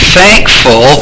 thankful